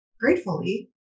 gratefully